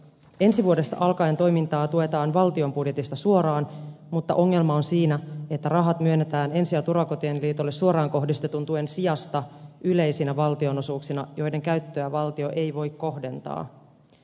ensi vuodesta alkaen toimintaa tuetaan valtion budjetista suoraan mutta ongelma on siinä että rahat myönnetään ensi ja turvakotien liitolle suoraan kohdistetun tuen sijasta yleisinä valtionosuuksina joiden käyttöä valtio ei voi kohdentaa